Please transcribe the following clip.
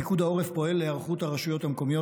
פיקוד העורף פועל להיערכות הרשויות המקומיות